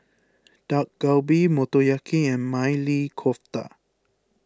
Dak Galbi Motoyaki and Maili Kofta